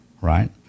right